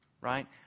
right